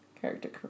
character